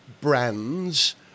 brands